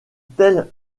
tel